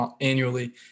annually